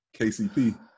KCP